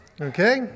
Okay